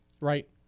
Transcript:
right